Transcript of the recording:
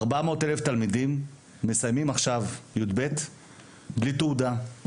400 אלף תלמידים מסיימים עכשיו י"ב בלי תעודה,